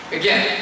again